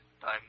Time